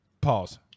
pause